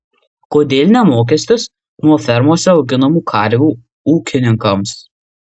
kodėl ne mokestis nuo fermose auginamų karvių ūkininkams